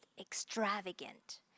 extravagant